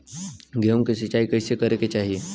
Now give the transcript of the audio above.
गेहूँ के सिंचाई कइसे करे के चाही?